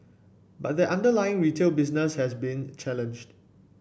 but that underlying retail business has been challenged